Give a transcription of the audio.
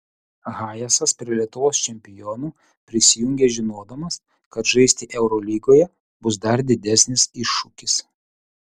hayesas prie lietuvos čempionų prisijungė žinodamas kad žaisti eurolygoje bus dar didesnis iššūkis